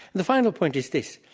the final point is this.